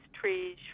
trees